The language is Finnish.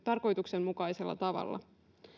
tarkoituksenmukaisella tavalla